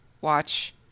watch